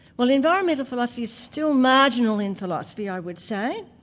well environmental philosophy is still marginal in philosophy i would say,